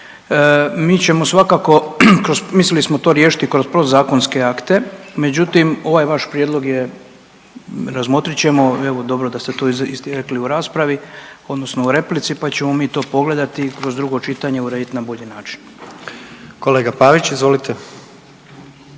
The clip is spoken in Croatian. mi ćemo svakako, mislili smo to riješiti kroz podzakonske akte međutim ovaj vaš prijedlog je, razmotrit ćemo. Evo dobro da ste to izrekli u raspravi, odnosno u replici, pa ćemo mi to pogledati i kroz drugo čitanje urediti na bolji način. **Jandroković, Gordan